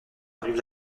brive